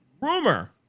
rumor